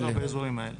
שהוא לא באזורים כאלה.